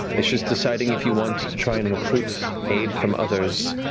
it's just deciding if you want to try and recruit aid from others.